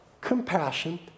compassion